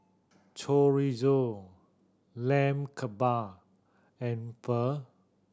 Chorizo Lamb Kebab and Pho